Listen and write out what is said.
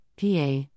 PA